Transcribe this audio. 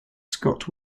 scott